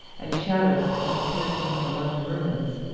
and shadows that had appeared to him among the ruins,